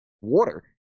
water